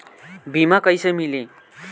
बीमा कैसे मिली?